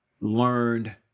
learned